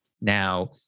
now